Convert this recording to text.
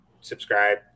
subscribe